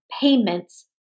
payments